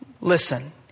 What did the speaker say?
Listen